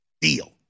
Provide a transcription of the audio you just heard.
deal